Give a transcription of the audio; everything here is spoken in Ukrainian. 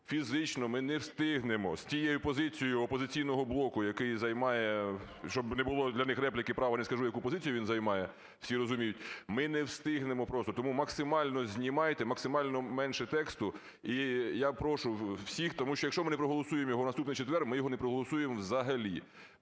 Фізично ми не встигнемо з тією позицію "Опозиційного блоку", який займає… щоб не було для них репліки право, не скажу, яку позицію він займає, всі розуміють. Ми не встигнемо просто. Тому максимально знімайте, максимально менше тексту. І я прошу всіх, тому що, якщо ми не проголосуємо його у наступний четвер, ми його не проголосуємо взагалі.